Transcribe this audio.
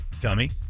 dummy